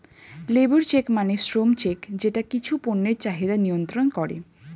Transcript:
labour check মানে শ্রম check যেটা কিছু পণ্যের চাহিদা নিয়ন্ত্রন করে